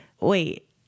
wait